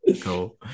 cool